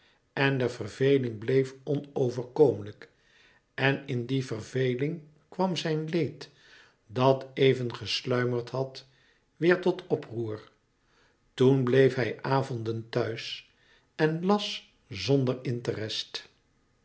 en de verveling bleef onoverkomelijk en in die verveling kwam zijn leed dat even gesluimerd had weêr tot oproer toen bleef hij avonden thuis en las zonder interest